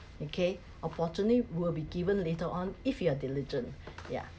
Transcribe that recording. okay opportunity will be given later on if you are diligent yeah